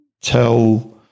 tell